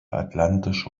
atlantische